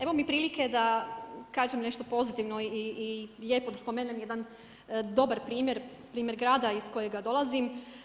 Evo mi prilike da kažem nešto pozitivno i lijepo da spomenem jedan dobar primjer, primjer grada iz kojeg dolazim.